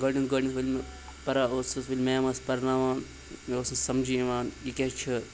گۄڈٕنیُک گۄڈنیُک پَران اوسُس وٕنۍ میم ٲس پَرناوان مےٚ اوس نہٕ سَمجی یِوان یہِ کیٛاہ چھُ